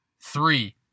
Three